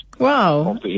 Wow